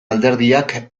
alderdiak